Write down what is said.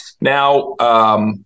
Now